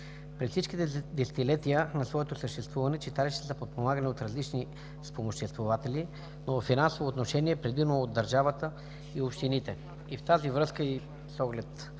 През всичките десетилетия в своето съществуване читалищата са подпомагани от различни спомоществователи, но във финансово отношение – предимно от държавата и общините. В тази връзка и с оглед